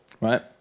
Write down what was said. right